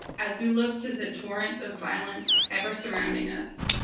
as we look to the torrents of violence ever surrounding us,